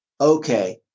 okay